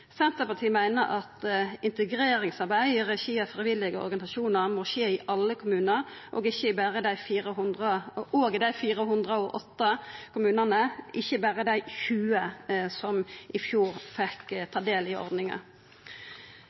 Senterpartiet meiner at integreringsarbeid i regi av frivillige organisasjonar må skje i alle kommunar, òg i dei andre 408 kommunane, ikkje berre dei 20 som i fjor fekk ta del i ordninga.